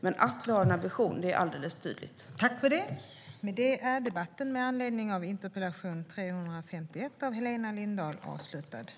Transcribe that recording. Men att vi har en ambition är alldeles tydligt.